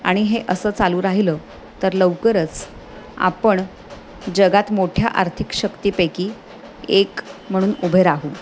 आणि हे असं चालू राहिलं तर लवकरच आपण जगात मोठ्या आर्थिक शक्तीपैकी एक म्हणून उभे राहू